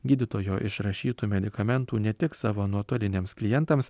gydytojo išrašytų medikamentų ne tik savo nuotoliniams klientams